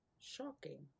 shocking